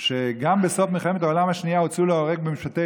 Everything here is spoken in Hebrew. שגם בסוף מלחמת העולם השנייה הוצאו להורג במשפטי